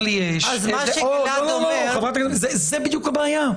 זו בדיוק הבעיה.